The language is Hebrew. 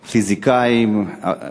פיזיקאים, ארכיטקטים,